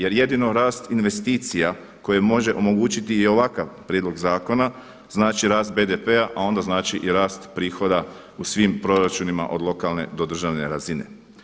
Jer jedino rast investicija koje može omogućiti i ovakav prijedlog zakona, znači rast BDP-a, a onda znači i rast prihoda u svim proračunima od lokalne do državne razine.